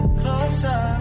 closer